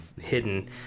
hidden